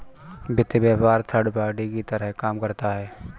वित्त व्यापार third party की तरह काम करता है